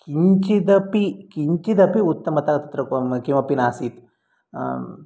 किञ्चिदपि किञ्चिदपि उत्तमता तत्र किमपि नासीत्